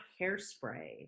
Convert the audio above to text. hairspray